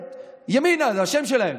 ימינה זה השם שלהם,